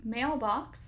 Mailbox